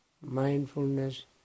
mindfulness